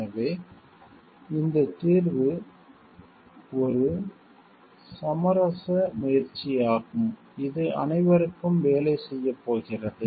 எனவே இந்த தீர்வு ஒருவித சமரச முயற்சியாகும் இது அனைவருக்கும் வேலை செய்யப் போகிறது